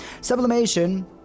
Sublimation